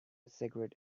cigarette